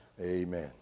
Amen